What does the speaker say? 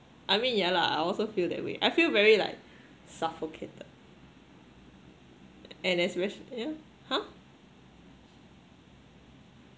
I mean ya lah I also feel that way I feel very like suffocated and then especi~ yeah !huh!